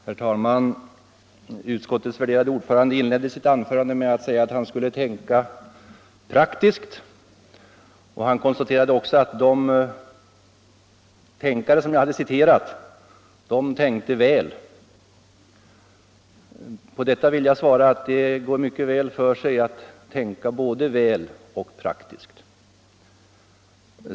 Herr talman! Utskottets värderade ordförande inledde sitt anförande med att säga att han skulle tänka praktiskt, och han konstaterade sedan att de tänkare som jag hade citerat tänkte väl. På detta vill jag svara att det går att tänka både väl och praktiskt.